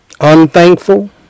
Unthankful